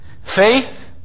Faith